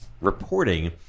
reporting